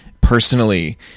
personally